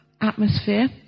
atmosphere